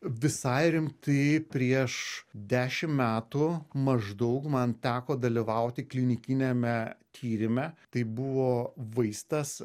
visai rimtai prieš dešim metų maždaug man teko dalyvauti klinikiniame tyrime tai buvo vaistas